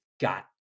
got